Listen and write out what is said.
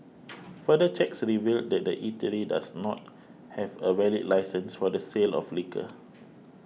further checks revealed that the eatery does not have a valid licence for the sale of liquor